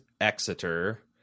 exeter